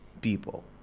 people